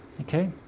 Okay